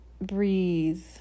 breathe